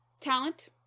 talent